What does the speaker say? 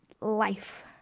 life